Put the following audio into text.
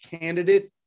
candidate